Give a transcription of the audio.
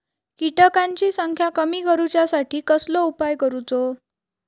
किटकांची संख्या कमी करुच्यासाठी कसलो उपाय करूचो?